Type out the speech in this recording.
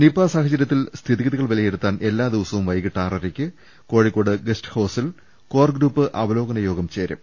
Nipah സാഹചരൃത്തിൽ സ്ഥിതിഗതികൾ വിലയിരുത്താൻ എല്ലാ ദിവസവും വൈകീട്ട് ആറരയ്ക്ക് കോഴിക്കോട് ഗസ്റ്റ് ഹൌസിൽ കോർഗ്രൂപ്പ് അവലോ കന യോഗം ചേരും